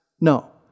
No